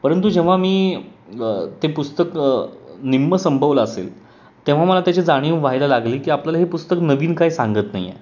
परंतु जेव्हा मी ते पुस्तक निम्मं संपवलं असेल तेव्हा मला त्याची जाणीव व्हायला लागली की आपल्याला हे पुस्तक नवीन काय सांगत नाही आहे